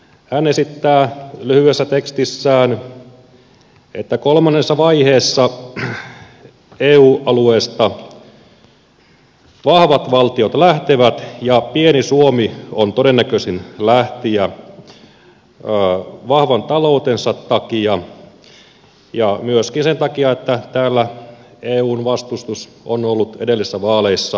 hän esittää lyhyessä tekstissään että kolmannessa vaiheessa eu alueesta vahvat valtiot lähtevät ja pieni suomi on todennäköisin lähtijä vahvan taloutensa takia ja myöskin sen takia että täällä eun vastustus on ollut edellisissä vaaleissa hyvin voimakasta